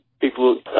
people